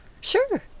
Sure